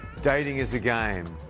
dating is a game.